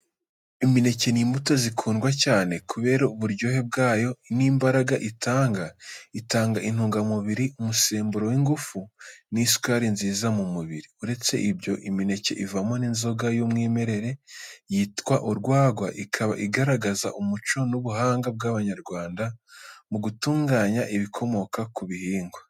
Imineke ni imbuto zikundwa cyane, kubera uburyohe bwayo n’imbaraga itanga. Itanga intungamubiri, umusemburo w’ingufu n’isukari nziza mu mubiri. Uretse ibyo, imineke ivamo n’inzoga y’umwimerere yitwa urwagwa, ikaba igaragaza umuco n’ubuhanga bw’Abanyarwanda mu gutunganya ibikomoka ku bihingwa.